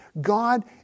God